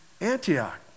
Antioch